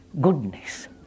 goodness